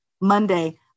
Monday